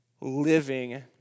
living